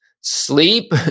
sleep